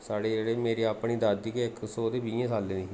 साढ़े जेह्ड़ी मेरे मेरी अपनी गै दादी इक सौ बीएं साले दी ही